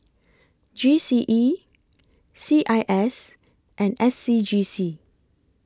G C E C I S and S C G C